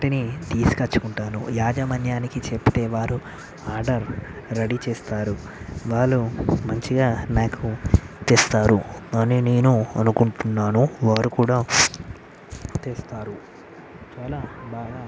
వాటిని తీసకచ్చుకుంటాను యాజమాన్యానికి చెబితే వారు ఆర్డర్ రెడీ చేస్తారు వాళ్ళు మంచిగా నాకు తెస్తారు అని నేను అనుకుంటున్నాను వారు కూడా తెస్తారు చాలా బాగా